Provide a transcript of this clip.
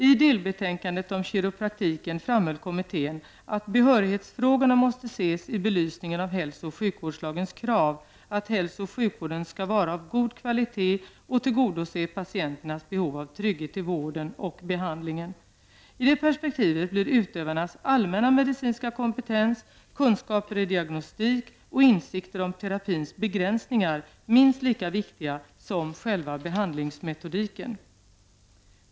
I delbetänkandet om kiropraktiken framhöll kommittén, att behörighetsfrågorna måste ses i belysningen av hälso och sjukvårdslagens krav, att hälso och sjukvården skall vara av god kvalitet och tillgodose patienternas behov av trygghet i vården och behandlingen. I det perspektivet blir utövarnas allmänna medicinska kompetens, kunskaper i diagnostik och insikter om terapins begränsningar minst lika viktiga som själva behandlingsmetodiken.